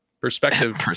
Perspective